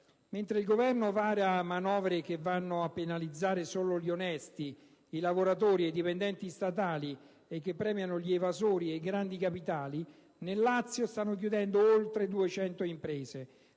Mentre il Governo vara manovre che vanno a penalizzare solo gli onesti, i lavoratori e i dipendenti statali e che premiano gli evasori e i grandi capitali, nel Lazio stanno chiudendo oltre 200 imprese.